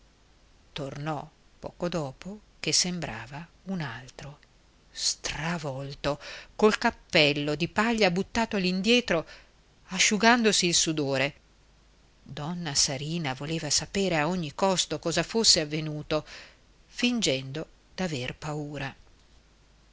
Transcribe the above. tornò poco dopo che sembrava un altro stravolto col cappello di paglia buttato all'indietro asciugandosi il sudore donna sarina voleva sapere a ogni costo cosa fosse avvenuto fingendo d'aver paura